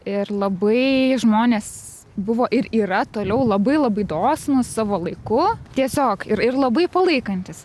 ir labai žmonės buvo ir yra toliau labai labai dosnūs savo laiku tiesiog ir ir labai palaikantys